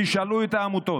תשאלו את העמותות,